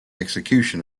execution